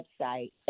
website